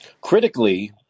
Critically